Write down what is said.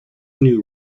new